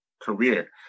career